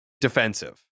defensive